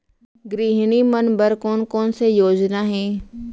गृहिणी मन बर कोन कोन से योजना हे?